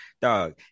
dog